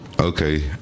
okay